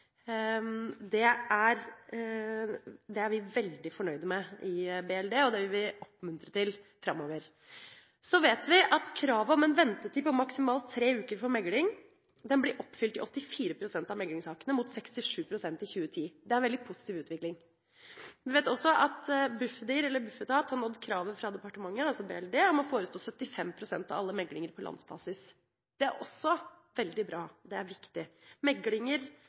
Det er vi veldig fornøyd med i Barne- og likestillingsdepartementet, og det vil vi oppmuntre til framover. Så vet vi at kravet om en ventetid på maksimalt tre uker for megling blir oppfylt i 84 pst. av meglingssakene, mot 67 pst. i 2010. Det er en veldig positiv utvikling. Vi vet også at Bufdir, eller Bufetat, har nådd kravet fra Barne- og likestillingsdepartementet om å forestå 75 pst. av alle meglinger på landsbasis. Det er også veldig bra, og det er viktig. Meglinger